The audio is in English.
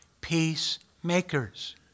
peacemakers